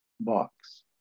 box